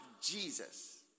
Jesus